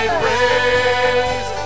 praise